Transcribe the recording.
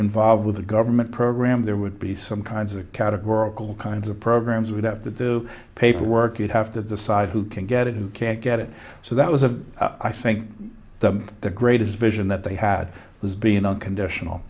involved with a government program there would be some kinds of categorical kinds of programs we'd have to do paperwork you'd have to decide who can get it and can't get it so that was a i think the the greatest vision that they had was being unconditional